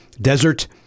desert